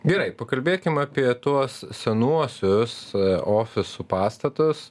gerai pakalbėkim apie tuos senuosius ofisų pastatus